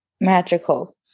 magical